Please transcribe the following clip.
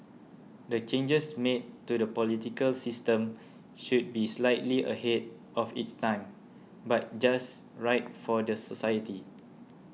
the changes made to the political system should be slightly ahead of its time but just right for the society